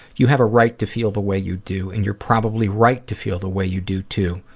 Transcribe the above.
you have a right to feel the way you do, and you're probably right to feel the way you do too.